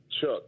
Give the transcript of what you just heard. Chuck